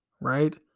Right